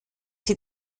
sie